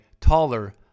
taller